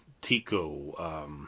Tico